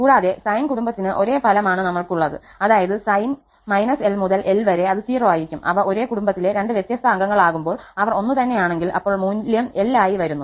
കൂടാതെ സൈൻ കുടുംബത്തിന് ഒരേ ഫലം ആണ് നമ്മൾക്ക് ഉള്ളത്അതായത് സൈൻ −𝑙 മുതൽ 𝑙 വരെഅത് 0 ആയിരിക്കുംഅവ ഒരേ കുടുംബത്തിലെ രണ്ട് വ്യത്യസ്ത അംഗങ്ങളാകുമ്പോൾ അവർ ഒന്നുതന്നെയാണെങ്കിൽഅപ്പോൾ മൂല്യം 𝑙 ആയി വരുന്നു